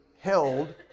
held